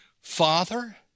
father